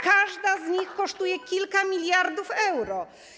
Każda z nich kosztuje kilka miliardów euro.